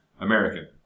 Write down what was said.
American